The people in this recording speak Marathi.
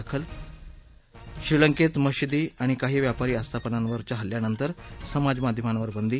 दाखल श्रीलंकत्त मशिदी आणि काही व्यापारी आस्थापनांवर हल्ल्यानंतर समाजमाध्यमांवर बंदी